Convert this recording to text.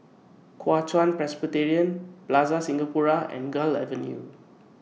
Kuo Chuan Presbyterian Plaza Singapura and Gul Avenue